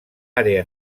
àrea